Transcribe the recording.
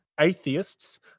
atheists